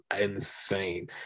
insane